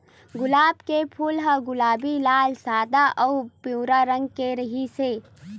गुलाब के फूल ह गुलाबी, लाल, सादा अउ पिंवरा रंग के रिहिस हे